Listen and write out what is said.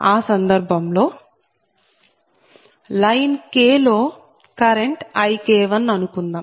ఆ సందర్భం లో లైన్ K లో కరెంట్ IK1 అనుకుందాం